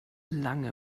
lange